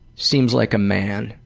seems like a man,